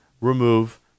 remove